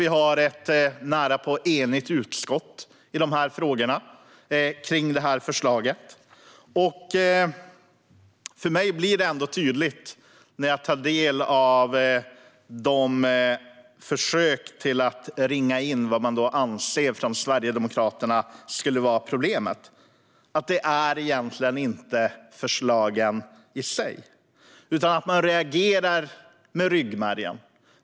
Vi har ett närapå enigt utskott bakom det här förslaget. När jag tar del av Sverigedemokraternas försök att ringa in vad de anser skulle vara problemet blir det för mig tydligt att det egentligen inte gäller förslagen i sig. Man reagerar med ryggmärgen.